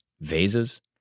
Vases